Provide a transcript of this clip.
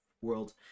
world